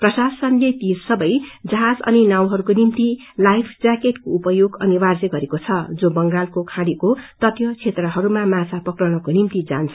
प्रशासनले ती सबग् जहाज अनि नावहरूको निम्ति लाईफ जैकेट को उपयोग अनिर्वाय गरेको छ जो बंगालको खाड़ीको तटीय क्षेत्रहरूमा माछा पक्रनको निम्ति जान्छ